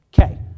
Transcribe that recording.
Okay